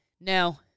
No